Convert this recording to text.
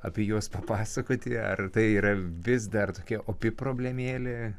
apie juos papasakoti ar tai yra vis dar tokia opi problemėlė